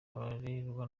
barerwa